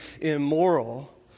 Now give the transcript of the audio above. immoral